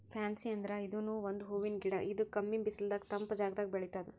fancy ಅಂದ್ರ ಇದೂನು ಒಂದ್ ಹೂವಿನ್ ಗಿಡ ಇದು ಕಮ್ಮಿ ಬಿಸಲದಾಗ್ ತಂಪ್ ಜಾಗದಾಗ್ ಬೆಳಿತದ್